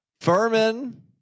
Furman